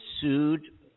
sued